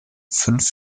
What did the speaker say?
fünf